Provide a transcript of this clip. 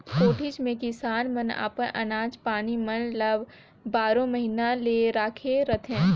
कोठीच मे किसान मन अपन अनाज पानी मन ल बारो महिना ले राखे रहथे